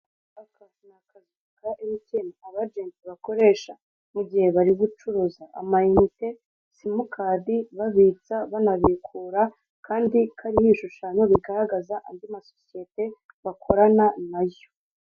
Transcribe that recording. Henshi ku mihanda igiye itandukanye ukunze gusangayo ibyapa biba byanditseho amazina cyangwa biranga aho utubari tugiye duherereye, n'ibinyobwa baba bafite, ku buryo buri muntu yishimira iyo serivise yo kwamamaza ibikorwa byabo.